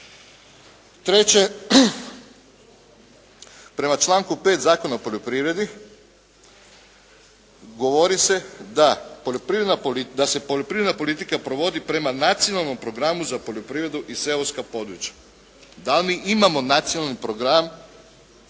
Treće, prema članku 5. Zakona o poljoprivredi, govori se da se poljoprivredna politika provodi prema Nacionalnom programu za poljoprivredu i seoska područja, da mi imamo nacionalni program